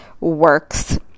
works